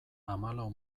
hamalau